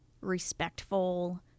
respectful